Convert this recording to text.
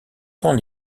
cents